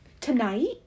Tonight